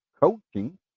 coaching